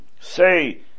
say